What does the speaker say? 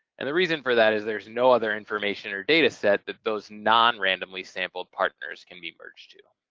and the reason for that is there's no other information or data set that those non randomly sampled partners can be merged to.